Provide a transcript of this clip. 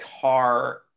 car